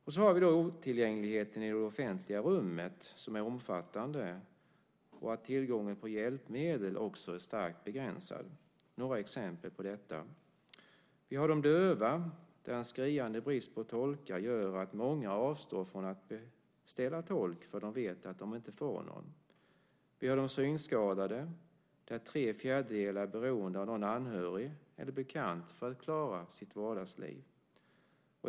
Det är också otillgängligheten i det offentliga rummet, som är omfattande, och att tillgången på hjälpmedel är starkt begränsad. Jag ska ta några exempel på detta. Vi har de döva, och en skriande brist på tolkar gör att många avstår från att beställa tolk därför att de vet att de inte får någon. Vi har de synskadade, där tre fjärdedelar är beroende av någon anhörig eller bekant för att klara sitt vardagsliv.